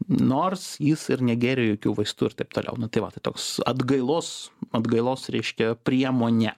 nors jis ir negėrė jokių vaistų ir taip toliau nu tai va tai toks atgailos atgailos reiįkia priemonė